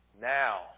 Now